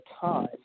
time